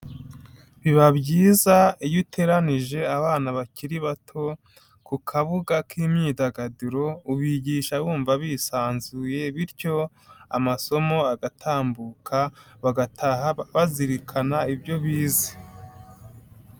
Biba byiza iyo uteranije abana bakiri bato, ku kabuga k'imyidagaduro, ubigisha wumva bisanzuye bityo, amasomo agatambuka, bagataha bazirikana ibyo bize.